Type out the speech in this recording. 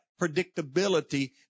predictability